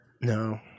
No